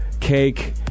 cake